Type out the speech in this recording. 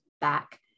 back